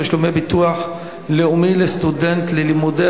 תשלום דמי ביטוח לאומי לסטודנט ללימודי